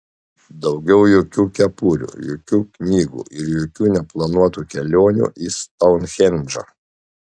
daugiau jokių kepurių jokių knygų ir jokių neplanuotų kelionių į stounhendžą